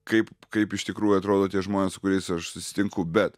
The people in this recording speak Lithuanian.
kaip kaip iš tikrųjų atrodo tie žmonės su kuriais aš susitinku bet